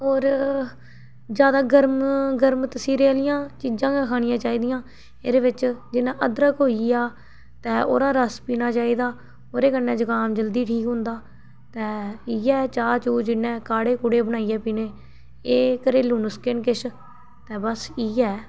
होर ज्यादा गरम गरम तसीरें आह्लियां चीज़ां गै खानियां चाहिदियां एह्दे बिच्च जियां अदरक होई गेआ ते ओह्दा रस पीना चाहिदा ओह्दे कन्नै जकाम जल्दी ठीक होंदा तै इयै चाह् चूह् जियां काढ़ा कूड़े बनाइयै पीने एह् घरेलू नुस्के न किश ते बस इ'यै ऐ